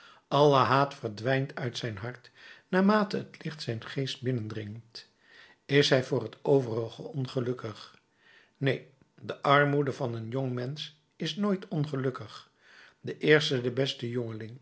alle haat verdwijnt uit zijn hart naarmate het licht zijn geest binnendringt is hij voor t overige ongelukkig neen de armoede van een jongmensch is nooit ongelukkig de eerste de beste jongeling